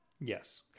Yes